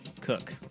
cook